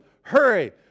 Hurry